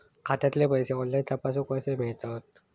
खात्यातले पैसे ऑनलाइन तपासुक कशे मेलतत?